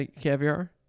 caviar